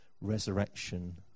resurrection